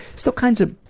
so kinds of.